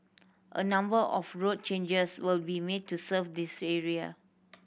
a number of road changes will be made to serve this area